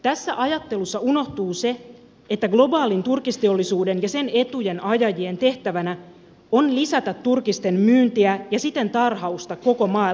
tässä ajattelussa unohtuu se että globaalin turkisteollisuuden ja sen etujen ajajien tehtävänä on lisätä turkisten myyntiä ja siten tarhausta koko maailmassa